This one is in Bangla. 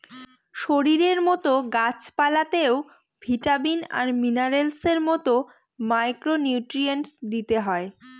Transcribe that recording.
শরীরের মতো গাছ পালতেও ভিটামিন আর মিনারেলস এর মতো মাইক্র নিউট্রিয়েন্টস দিতে হয়